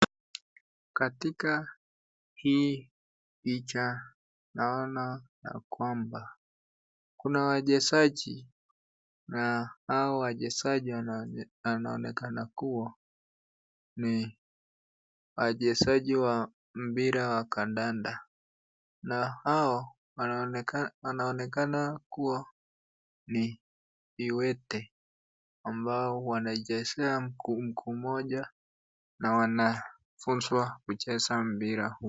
Katika hii picha naona ya kwamba kuna wachezaji na hawa wachezaji wanaonekana kuwa ni wachezaji wa mpira wa kandanda na hao wanaonekana kuwa ni viwete ambao wanachezea mguu mmoja na wanafunzwa kucheza mpira huu.